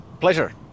Pleasure